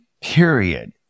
period